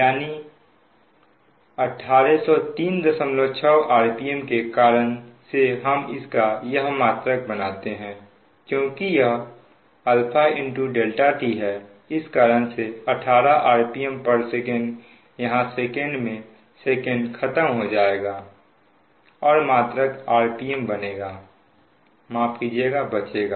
यानी 18036 rpm के कारण से हम इसका यह मात्रक बनाते हैं क्योंकि यह ∆t है इस कारण से 18 rpmsec यहां सेकंड से सेकंड खत्म हो जाएगा और मात्रक rpm बचेगा